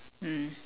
mm